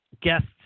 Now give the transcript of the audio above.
guests